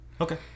Okay